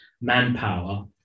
manpower